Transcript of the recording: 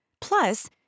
Plus